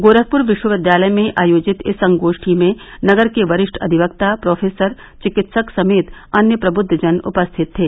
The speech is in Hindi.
गोरखपुर विश्वविद्यालय में आयोजित इस संगोष्ठी में नगर के वरिष्ठ अधिवक्ता प्रोफेसर चिकित्सक समेत अन्य प्रबुद्वजन उपस्थित थे